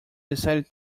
decided